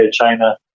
China